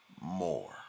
more